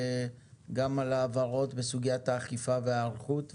גם על ההבהרות בסוגיית האכיפה וההיערכות,